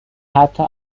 حتا